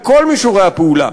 בכל מישורי הפעולה,